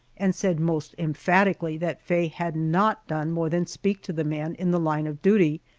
and said most emphatically that faye had not done more than speak to the man in the line of duty,